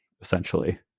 essentially